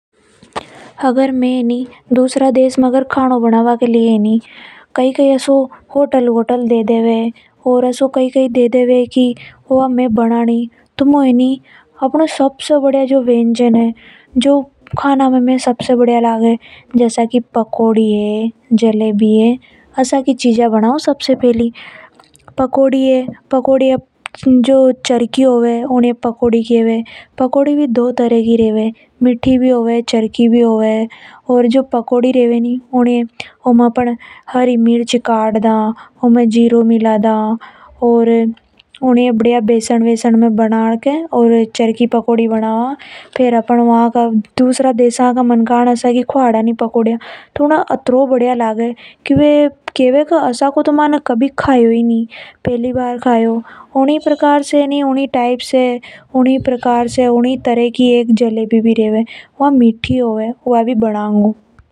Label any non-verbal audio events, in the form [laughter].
अगर में ए नि दूसरा देश में खानो बना बा के लिए कई कई होटल वगैरह दे दी तो मु वहां पे हैं नि जो अपनो सबसे बढ़िया व्यंजन है उन्हें खाना के रूप में बना उ। जसा की पकौड़ी है जलेबी है इन्ही ही बना उ सबसे पहली। पकौड़ी भी दो तरह की होवे चरखी और मीठी पकौड़ी। तो सबसे ज्यादा मे तो चरखी पकौड़ी अच्छी लगे तो उन्हें ही बना उ हु। [noise] अपन पकौड़ी में मिर्च जीरा ऐसी नरी चीजा मिलवा जिसे या बढ़िया लगे।